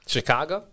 Chicago